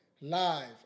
live